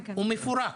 הוא מפורק.